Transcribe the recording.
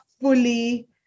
fully